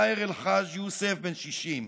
מאהר אל-חאג' יוסף, בן 60,